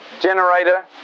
generator